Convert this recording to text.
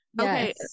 okay